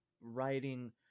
writing